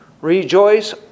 Rejoice